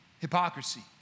Hypocrisy